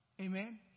Amen